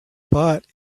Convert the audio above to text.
but